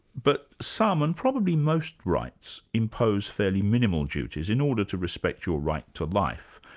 but some, and probably most rights, impose fairly minimal duties in order to respect your right to life,